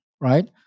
right